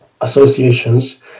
associations